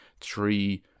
three